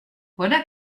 voilà